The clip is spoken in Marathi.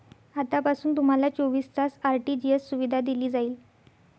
आतापासून तुम्हाला चोवीस तास आर.टी.जी.एस सुविधा दिली जाईल